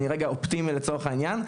אני רגע אופטימי לצורך העניין,